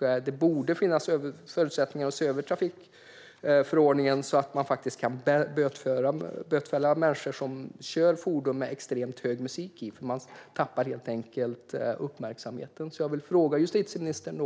Det borde finnas förutsättningar att se över trafikförordningen så att man kan bötfälla människor som kör fordon med extremt hög musik eftersom de tappar uppmärksamheten. Jag vill därför ställa en fråga till justitieministern.